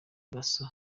dasso